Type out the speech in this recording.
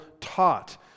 taught